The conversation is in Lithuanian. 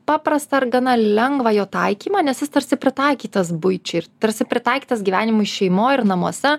paprastą ar gana lengvą jo taikymą nes jis tarsi pritaikytas buičiai ir tarsi pritaikytas gyvenimui šeimoj ir namuose